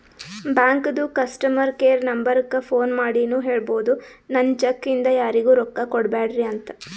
ಬ್ಯಾಂಕದು customer care ನಂಬರಕ್ಕ phone ಮಾಡಿನೂ ಹೇಳ್ಬೋದು, ನನ್ ಚೆಕ್ ಇಂದ ಯಾರಿಗೂ ರೊಕ್ಕಾ ಕೊಡ್ಬ್ಯಾಡ್ರಿ ಅಂತ